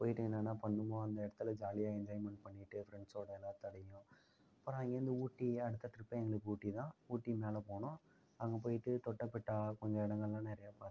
போய்ட்டு அங்கே என்ன பண்ணோம்னா அந்த இடத்துல ஜாலியாக என்ஜாய்மெண்ட் பண்ணிட்டு ஃபிரண்ஸோட எல்லாத்தோடையும் அப்புறம் அங்கேருந்து ஊட்டி அடுத்த ட்ரிப் எங்களுக்கு ஊட்டிதான் ஊட்டி மேலே போனோம் அங்கே போய்ட்டு தொட்டபெட்டா கொஞ்சம் இடங்கள்லாம் நிறையா பார்த்தோம்